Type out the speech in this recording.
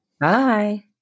bye